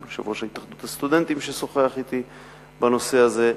וגם ליושב-ראש התאחדות הסטודנטים ששוחח אתי בנושא הזה.